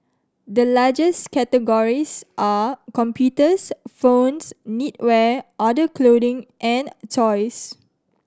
the largest categories are computers phones knitwear other clothing and toys